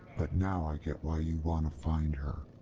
but now i get why you want to find her.